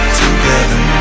together